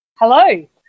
Hello